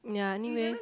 yeah anyway